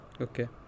Okay